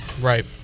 Right